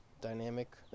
dynamic